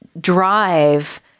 drive